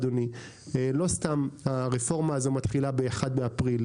לא סתם הרפורמה הזאת מתחילה ב-1 באפריל,